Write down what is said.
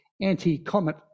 anti-comet